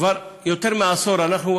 כבר יותר מעשור אנחנו,